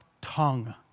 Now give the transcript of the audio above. tongue